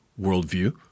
worldview